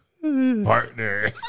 partner